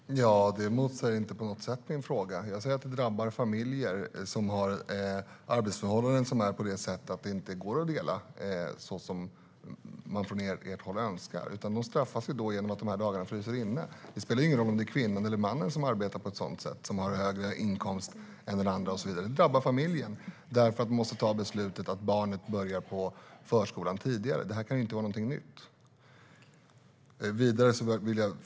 Fru talman! Det motsäger inte på något sätt min fråga. Jag säger att det drabbar familjer som har arbetsförhållanden som är sådana att det inte går att dela föräldraledigheten på det sätt som ni från ert håll önskar. De straffas då genom att föräldraledighetsdagarna fryser in. Det spelar ingen roll om det är kvinnan eller mannen som arbetar på ett sådant sätt, som har högre inkomst än den andra och så vidare. Det drabbar familjen, därför att man måste ta beslutet att barnet ska börja på förskolan tidigare. Det här kan ju inte vara någonting nytt.